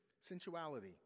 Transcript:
sensuality